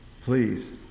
Please